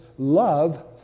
Love